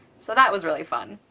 so that was really fun.